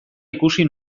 ikusi